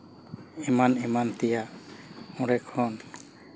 ᱮᱢᱟᱱ ᱮᱢᱟᱱ ᱛᱮᱭᱟᱜ ᱚᱸᱰᱮ ᱠᱷᱚᱱ